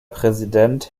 präsident